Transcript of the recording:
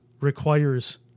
requires